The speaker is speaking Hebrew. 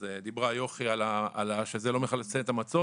אז דיברה יוכי על כך שזה לא מכסה את המצות.